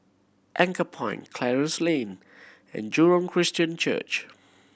Anchorpoint Clarence Lane and Jurong Christian Church